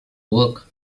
work